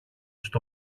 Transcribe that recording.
στο